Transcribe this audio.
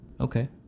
okay